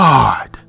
God